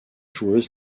joueuse